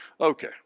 Okay